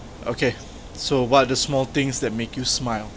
okay so what are the small things that make you smile